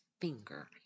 finger